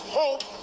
hope